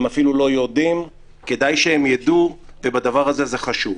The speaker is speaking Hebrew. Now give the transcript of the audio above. הם לא יודעים אפילו כדאי שהם יידעו כי בדבר הזה זה חשוב.